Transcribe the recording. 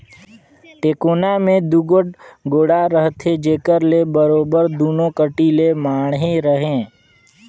टेकोना मे दूगोट गोड़ा रहथे जेकर ले बरोबेर दूनो कती ले माढ़े रहें